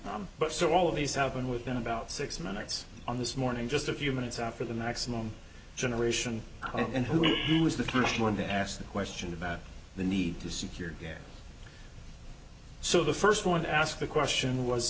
again but so all of these have been within about six minutes on this morning just a few minutes after the maximum generation and who was the first one to ask a question about the need to secure their so the first one to ask the question was